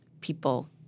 people